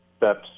steps